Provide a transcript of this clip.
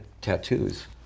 tattoos